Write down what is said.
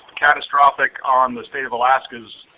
catastrophic on the state of alaska's